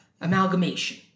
Amalgamation